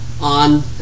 on